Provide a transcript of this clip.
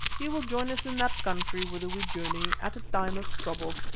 he will join us in that country whither we journey, at a time of trouble.